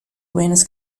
awareness